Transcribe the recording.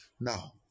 Now